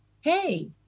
hey